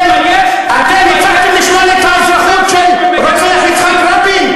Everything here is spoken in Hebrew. אתם הצעתם לשלול את האזרחות של רוצח יצחק רבין?